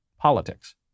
politics